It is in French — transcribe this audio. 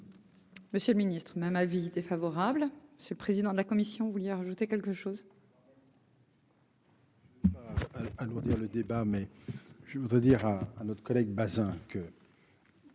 Monsieur le Ministre, même avis défavorable, ce président de la commission, vous vouliez ajouter quelque chose. Alourdir le débat mais je voudrais dire à notre collègue Bazin que